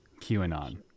QAnon